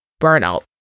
burnout